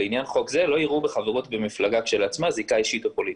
שלעניין זה לא יראו בחברות במפלגה כשלעצמה זיקה אישית או פוליטית.